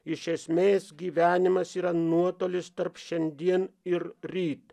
iš esmės gyvenimas yra nuotolis tarp šiandien ir ryt